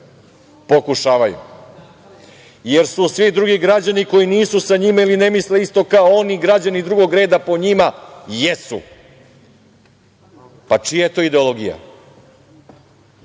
Pokušavaju. Jer su svi drugi građani koji nisu sa njim ili ne misle isto kao oni građani drugog reda po njima? Jesu. Pa, čija je to ideologija? Nacisti